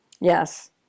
yes